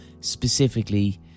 Specifically